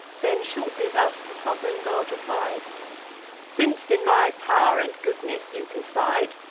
then shortly thus the sov'reign god replied since in my pow'r and goodness you confide,